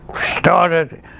started